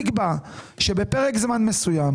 נקבע שבפרק זמן מסוים